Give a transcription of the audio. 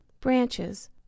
branches